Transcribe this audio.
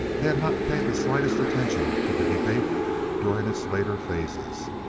they had not paid the slightest attention to the debate during its later phases.